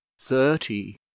Thirty